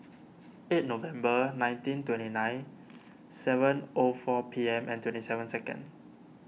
eight November nineteen twenty nine seven O four P M and twenty seven second